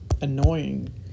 annoying